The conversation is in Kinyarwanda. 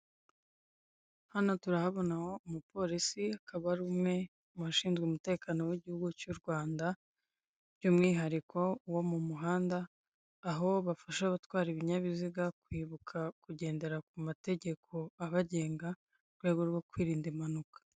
Hano turahabona umupolisi akaba ari umwe mu bashinzwe umutekano w'igihugu cy'u Rwanda by'umwihariko wo mu muhanda aho bafasha abatwara ibinyabiziga kwibuka kugendera ku mategeko abagenga mu rwego rwo kwirinda impanuka .